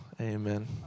Amen